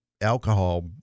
alcohol